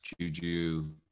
Juju